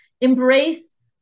embrace